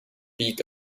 beak